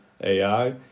AI